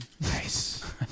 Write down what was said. Nice